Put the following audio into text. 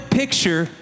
picture